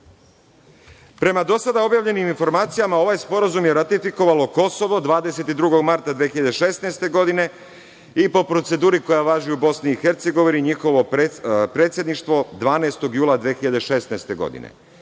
lica. Prema do sada objavljenim informacijama, ovaj Sporazum je ratifikovalo Kosovo 22. marta 2016. godine i po proceduri koja je važi u BiH njihovo predsedništvo 12. jula 2016. godine.